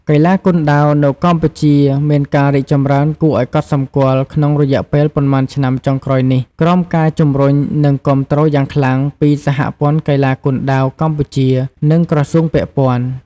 កីឡាគុនដាវនៅកម្ពុជាមានការរីកចម្រើនគួរឱ្យកត់សម្គាល់ក្នុងរយៈពេលប៉ុន្មានឆ្នាំចុងក្រោយនេះ ក្រោមការជំរុញ និងគាំទ្រយ៉ាងខ្លាំងពី សហព័ន្ធកីឡាគុនដាវកម្ពុជា និងក្រសួងពាក់ព័ន្ធ។